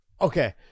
Okay